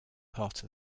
part